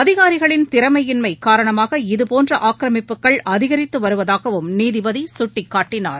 அதிகாரிகளின் திறமையின்மை காரணமாக இதுபோன்ற ஆக்கிரமிப்புகள் அதிகரித்து வருவதாகவும் நீதிபதி சுட்டிக்காட்டனார்